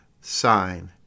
sign